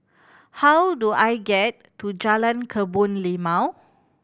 how do I get to Jalan Kebun Limau